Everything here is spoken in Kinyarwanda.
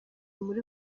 muri